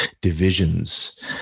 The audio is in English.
divisions